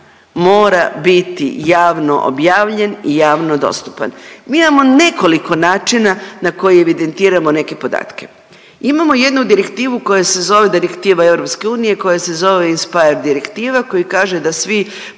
mora biti javno objavljen i javno dostupan. Mi imamo nekoliko načina na koji evidentiramo neke podatke. Imamo jednu direktivu koja se zove direktiva EU koja se zove Inspire direktiva koja kaže da svi